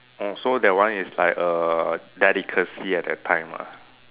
oh so that one is like a delicacy at that time lah